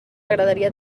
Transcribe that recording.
agradaria